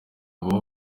baba